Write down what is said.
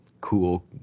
cool